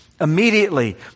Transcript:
immediately